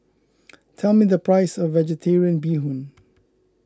tell me the price of Vegetarian Bee Hoon